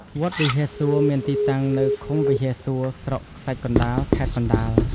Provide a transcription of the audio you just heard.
វត្តវិហារសួរ មានទីតាំងនៅឃុំវិហារសួរ ស្រុកខ្សាច់កណ្ដាល ខេត្តកណ្ដាល។